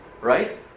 right